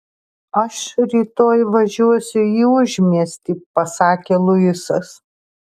aš rytoj važiuosiu į užmiestį pasakė luisas